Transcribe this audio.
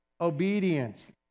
obedience